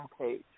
page